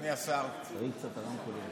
אדוני השר, אם